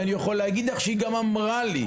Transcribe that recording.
אבל אני יכול להגיד לך שהיא גם אמרה לי,